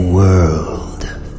World